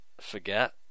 Forget